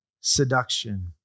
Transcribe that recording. seduction